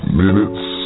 minutes